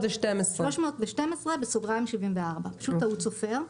(74)312 של אימ"ו,